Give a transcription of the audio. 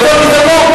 גזענות.